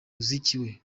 azikiwe